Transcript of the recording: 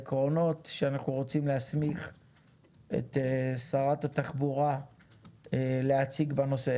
עקרונות שאנחנו רוצים להסמיך את שרת התחבורה להציג בנושא?